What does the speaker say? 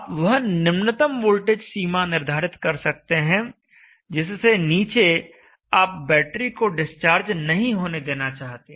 आप वह निम्नतम वोल्टेज सीमा निर्धारित कर सकते हैं जिससे नीचे आप बैटरी को डिस्चार्ज नहीं होने देना चाहते